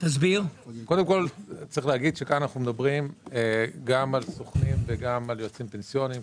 צריך להגיד שכאן אנחנו מדברים גם על סוכנים וגם על יועצים פנסיוניים.